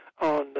on